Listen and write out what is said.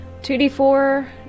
2d4